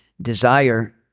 desire